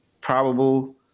probable